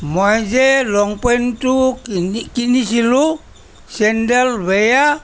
মই যে লংপেণ্টটো কিনি কিনিছিলোঁ চেইনডাল বেয়া